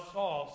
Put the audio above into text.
Saul